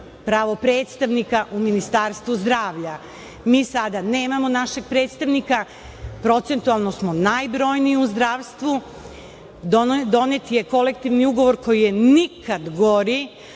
pravo predstavnika u Ministarstvu zdravlja. Mi sada nemamo našeg predstavnika. Procentualno smo najbrojniji u zdravstvu. Donet je kolektivni ugovor, koji je nikad gori,